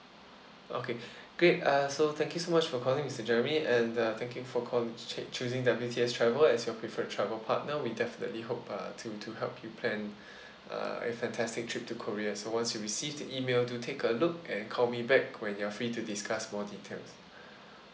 okay great uh so thank you so much for calling mister jeremy and uh thank you for call choosing W T S travel as your preferred travel partner we definitely hope uh to to help you plan uh a fantastic trip to korea so once you received the email do take a look and call me back when you're free to discuss more details